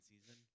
season